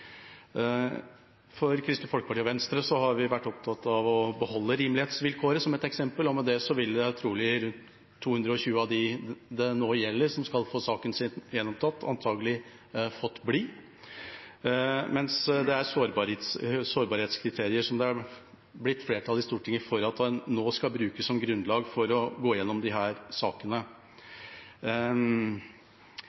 Kristelig Folkeparti og Venstre vært opptatt av å beholde rimelighetsvilkåret – med det ville trolig rundt 220 av dem det nå gjelder, og som skal få saken sin gjenopptatt, antakelig fått bli – mens det er sårbarhetskriterier det er blitt flertall i Stortinget for nå å bruke som grunnlag for å gå gjennom disse sakene.